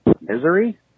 Misery